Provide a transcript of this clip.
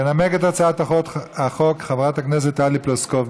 תנמק את הצעת החוק חברת הכנסת טלי פלוסקוב.